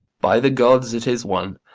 by the gods, it is one.